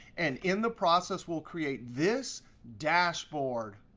and in the process, we'll create this dashboard.